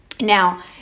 Now